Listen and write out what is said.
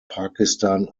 pakistan